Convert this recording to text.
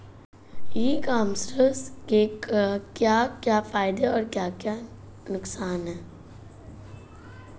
ई commerce के क्या क्या फायदे और क्या क्या नुकसान है?